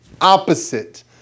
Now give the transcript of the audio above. opposite